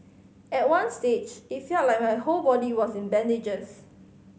at one stage it felt like my whole body was in bandages